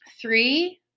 three